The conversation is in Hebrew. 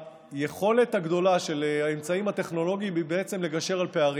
היכולת הגדולה של האמצעים הטכנולוגיים היא בעצם לגשר על פערים,